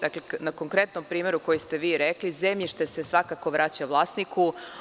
Dakle, na konkretnom primeru koji ste vi rekli zemljište se svakako vraća vlasniku.